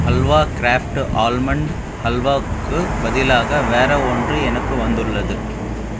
halwa craft almond ஹல்வாவுக்குப் பதிலாக வேறு ஒன்று எனக்கு வந்துள்ளது